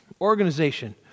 Organization